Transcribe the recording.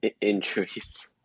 injuries